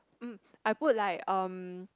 uh I put like uh